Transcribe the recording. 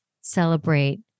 celebrate